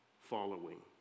following